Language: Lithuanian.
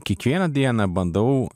kiekvieną dieną bandau